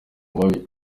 mabi